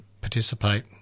participate